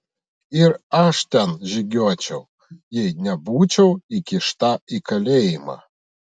ir aš ten žygiuočiau jei nebūčiau įkišta į kalėjimą